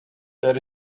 there